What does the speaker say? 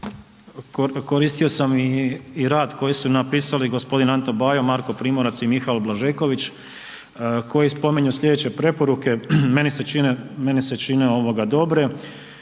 koristio sam i rad koji su napisali g. Anto Bajo, Marko Primorac i Mihael Blažeković, koji spominju slijedeće preporuke, meni se čine, meni se